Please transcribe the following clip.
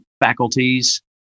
faculties